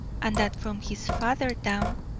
and that from his father down,